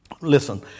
Listen